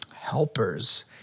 helpers